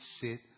sit